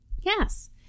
Yes